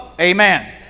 Amen